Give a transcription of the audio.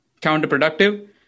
counterproductive